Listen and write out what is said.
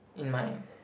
in mine